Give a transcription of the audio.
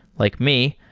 like me,